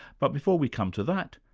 but before we come to that,